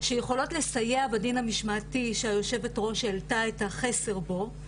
שיכולות לסייע בדין המשמעתי שהיושבת ראש העלתה את החסר בו.